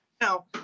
now